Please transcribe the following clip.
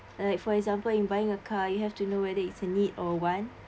like for example in buying a car you have to know whether it's a need or want